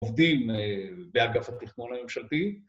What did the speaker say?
‫עובדים באגף התכנון הממשלתי.